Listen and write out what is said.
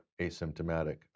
asymptomatic